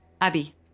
Abby